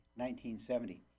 1970